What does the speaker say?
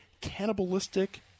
cannibalistic